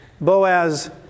Boaz